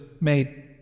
made